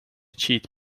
cheat